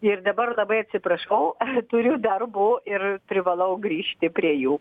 ir dabar labai atsiprašau turiu darbų ir privalau grįžti prie jų